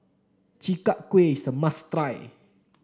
Chi Kak Kuih is a must try